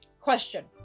Question